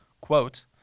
quote